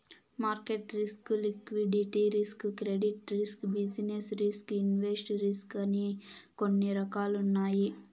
market risk liquidity risk credit risk business risk invest risk అని కొన్ని రకాలున్నాయి